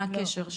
מה הקשר?